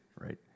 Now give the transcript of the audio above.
right